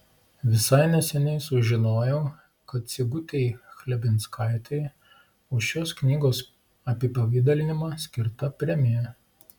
visai neseniai sužinojau kad sigutei chlebinskaitei už šios knygos apipavidalinimą skirta premija